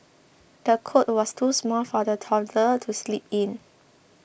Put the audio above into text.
the cot was too small for the toddler to sleep in